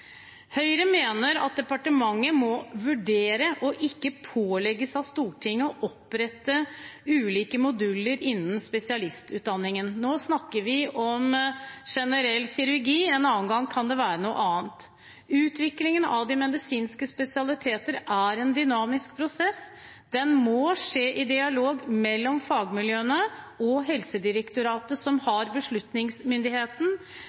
Høyre mener at departementet må vurdere, og ikke pålegges av Stortinget, å opprette ulike moduler innen spesialistutdanningen. Nå snakker vi om generell kirurgi, en annen gang kan det være noe annet. Utviklingen av de medisinske spesialiteter er en dynamisk prosess. Den må i skje i dialog mellom fagmiljøene og Helsedirektoratet, som